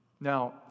Now